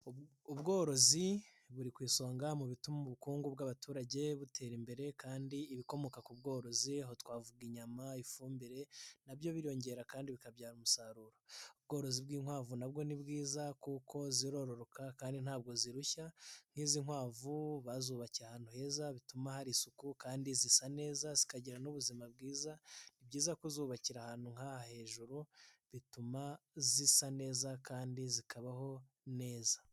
Ubworozi buri ku isonga mu bituma ubukungu bw'abaturage butera imbere kandi ibikomoka ku bworozi aho twavuga inyama, ifumbire, na byo biriyongera kandi bikabyara umusaruro. Ubworozi bw'inkwavu na bwo ni bwiza kuko zirororoka kandi ntabwo zirushya, nk'izi nkwavu bazubakiye ahantu heza, bituma hari isuku kandi zisa neza, zikagira n'ubuzima bwiza; ni byiza ku ubakira ahantu nk'aha hejuru bituma zisa neza kandi zikabaho neza.